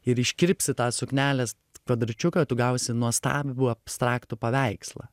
ir iškirpsi tą suknelės kvadračiuką tu gausi nuostabų abstraktų paveikslą